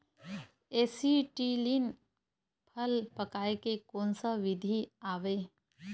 Acetylene फल पकाय के कोन सा विधि आवे?